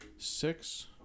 Six